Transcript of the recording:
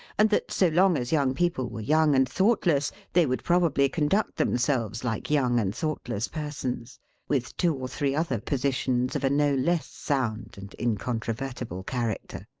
and that so long as young people were young and thoughtless, they would probably conduct themselves like young and thoughtless persons with two or three other positions of a no less sound and incontrovertible character.